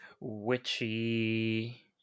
witchy